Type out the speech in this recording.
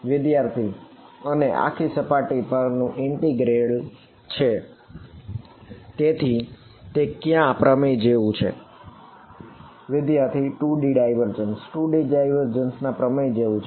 વિદ્યાર્થી અને આખી સપાટી પરનું ઇન્ટિગ્રલ છે તેથી તે ક્યાં પ્રમેય જેવું છે